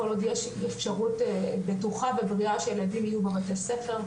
כל עוד יש אפשרות בטוחה ובריאה שילדים יהיו בבתי ספר,